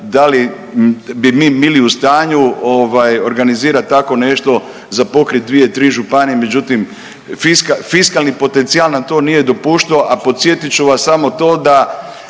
da li bi mi bili u stanju organizirati tako nešto za pokrit dvije, tri županije. Međutim, fiskalni potencijal nam to nije dopuštao, a podsjetit ću vas samo to da